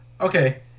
Okay